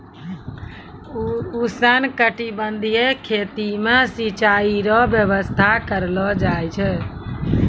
उष्णकटिबंधीय खेती मे सिचाई रो व्यवस्था करलो जाय छै